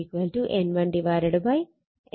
അതിനാൽ E1 E2 N1 N2